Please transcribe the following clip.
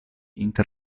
inter